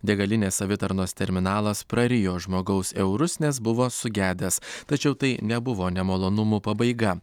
degalinės savitarnos terminalas prarijo žmogaus eurus nes buvo sugedęs tačiau tai nebuvo nemalonumų pabaiga